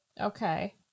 Okay